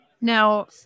Now